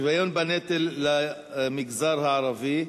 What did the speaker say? בנושא: שוויון בנטל למגזר הערבי.